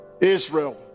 Israel